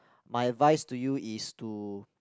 my advice to you is to